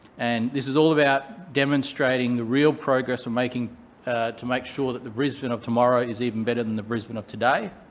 and this is all about demonstrating the real progress and to make sure that the brisbane of tomorrow is even better than the brisbane of today.